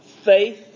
faith